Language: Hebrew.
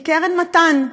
היא קרן מתן.